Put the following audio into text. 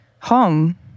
home